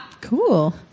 Cool